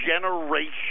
generation